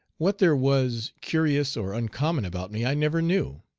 what there was curious or uncommon about me i never knew.